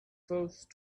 forced